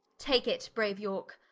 take it, braue yorke.